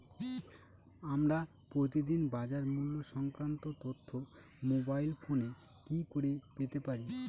আমরা প্রতিদিন বাজার মূল্য সংক্রান্ত তথ্য মোবাইল ফোনে কি করে পেতে পারি?